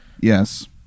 Yes